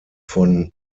von